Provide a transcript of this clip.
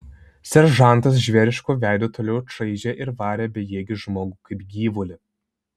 seržantas žvėrišku veidu toliau čaižė ir varė bejėgį žmogų kaip gyvulį